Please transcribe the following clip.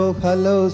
hello